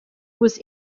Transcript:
was